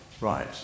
Right